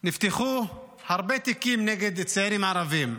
נפתחו הרבה תיקים נגד צעירים ערבים,